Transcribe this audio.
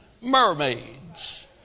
mermaids